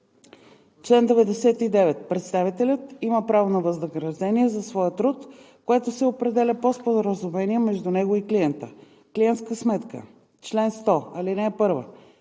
Чл. 99. Представителят има право на възнаграждение за своя труд, което се определя по споразумение между него и клиента. Клиентска сметка Чл. 100. (1)